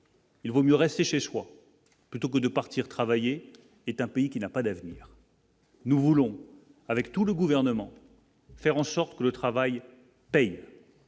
Il vaut mieux rester chez soi, plutôt que de partir travailler est un pays qui n'a pas d'avenir. Nous voulons avec tout le gouvernement, faire en sorte que le travail paye.